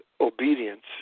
obedience